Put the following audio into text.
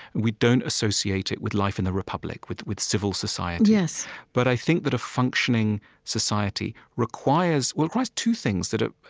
we don't associate it with life in the republic, with with civil society but i think that a functioning society requires requires two things that, ah